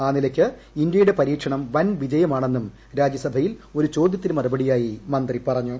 ആ നിലയ്ക്ക് ഇന്ത്യയുടെ പരീക്ഷണം വൻവിജയമാണെന്നും രാജ്യസഭയിൽ ഒരു ചോദ്യത്തിന് മറുപടിയായി മന്ത്രി പറഞ്ഞു